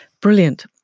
Brilliant